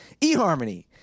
EHarmony